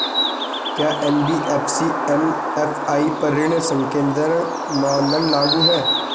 क्या NBFC MFI पर ऋण संकेन्द्रण मानदंड लागू हैं?